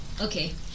okay